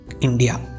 India